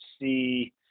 see –